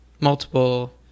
multiple